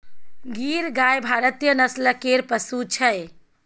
गीर गाय भारतीय नस्ल केर पशु छै